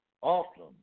often